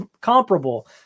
comparable